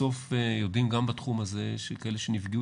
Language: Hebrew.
בסוף יודעים גם בתחום הזה שכאלה שנפגעו